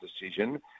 decision